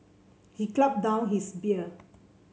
he gulped down his beer